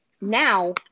now